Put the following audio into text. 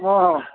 ହଁ ହଁ